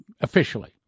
officially